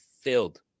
filled